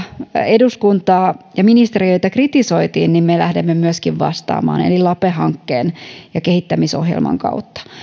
eduskuntaa ja ministeriöitä kritisoitiin me lähdimme myöskin vastaamaan eli lape hankkeen ja kehittämisohjelman kautta